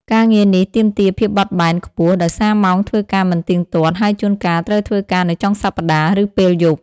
ការងារនេះ ទាមទារភាពបត់បែន ខ្ពស់ ដោយសារម៉ោងធ្វើការមិនទៀងទាត់ ហើយជួនកាលត្រូវធ្វើការនៅចុងសប្តាហ៍ ឬពេលយប់។